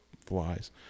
flies